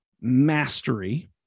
Mastery